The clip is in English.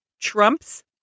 trumps